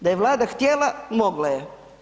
Da je Vlada htjela, mogla je.